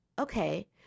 okay